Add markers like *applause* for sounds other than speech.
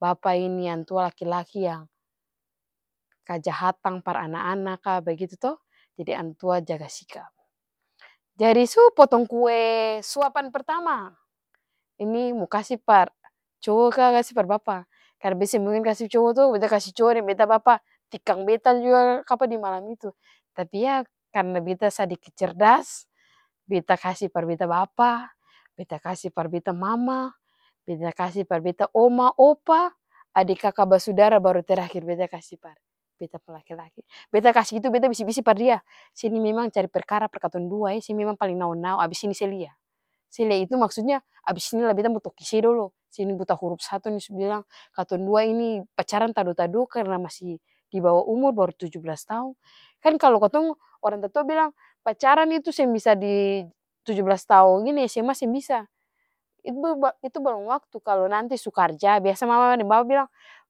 Bapa ini antua laki-laki yang kajahatang par ana-ana ka bagitu to jadi antua jaga sikap. Jadi su potong kue suapan pertama ini mo kasi par cowo ka kasi par bapa, karna beta seng mungkin kasi cowo to beta kasi cowo deng beta bapa tikang beta jua kapa dimalam itu, tapi yah karna beta sadiki cerdas beta kasi par beta bapa. beta kasi par beta mama, beta kasi par beta oma. opa, ade kaka basudara baru terakhir beta kasi par beta pung laki-laki, beta kasi itu beta bisi-bisi par dia se ni memang cari perkara par katong dua se memang paleng nau-nau abis ini se lia, se lia itu maksudnya abis ini lah beta mo toki se dolo, se nih buta hurup satu nih su bilang katong dua ini pacaran tado-tado karna masi dibawa umur baru tuju blas taong, kan kalu kalu katong orang tatua bilang pacaran itu seng bisa di tuju blas taong ini sma seng bis *hesitation* itu balom waktu kalu nanti su karja biasa mama deng bapa bilang